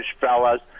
fellas